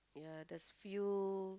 ya there's few